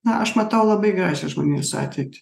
na aš matau labai gražią žmonijos ateitį